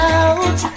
out